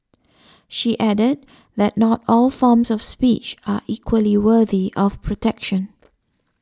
she added that not all forms of speech are equally worthy of protection